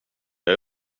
jag